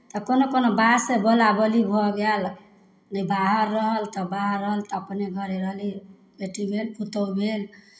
आ कोनो कोनो बातसँ बोला बोली भऽ गएल नहि बाहर रहल तऽ बाहर रहल तऽ अपने घरे अयली बेटी भेल पुतहु भेल